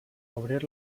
obrir